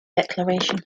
declaration